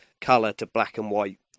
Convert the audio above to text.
colour-to-black-and-white